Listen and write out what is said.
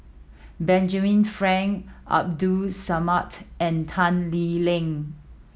Benjamin Frank Abdul Samad and Tan Lee Leng